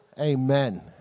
Amen